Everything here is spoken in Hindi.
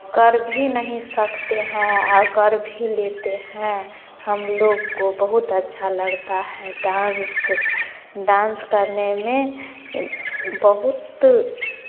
कर भी नहीं सकते हैं और कर भी लेते हैं हम लोग को बहुत अच्छा लगता है डांस डांस करने में बहुत